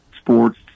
sports